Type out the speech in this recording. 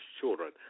children